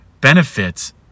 benefits